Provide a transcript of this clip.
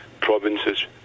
provinces